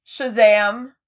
Shazam